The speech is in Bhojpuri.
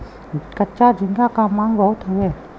कच्चा झींगा क मांग बहुत हउवे